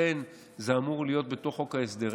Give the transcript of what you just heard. זה אכן אמור להיות בתוך חוק ההסדרים.